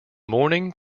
morning